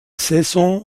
saisons